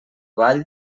vall